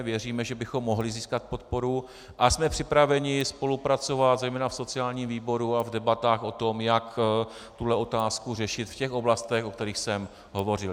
Věříme, že bychom mohli získat podporu, a jsme připraveni spolupracovat zejména v sociálním výboru v debatách o tom, jak tuhle otázku řešit v těch oblastech, o kterých jsem hovořil.